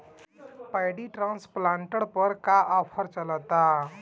Paddy transplanter पर का offer चलता?